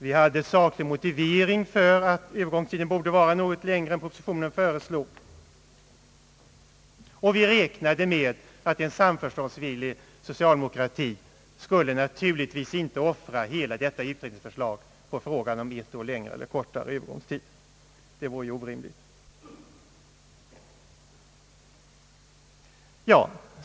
Vi hade saklig motivering för att övergångstiden borde vara något längre än propositionen föreslog, och vi räknade med att en samförståndsvillig socialdemokrati naturligtvis inte skulle offra hela detta utredningsförslag för frågan om ett år längre eller kortare övergångstid. Det vore ju orimligt.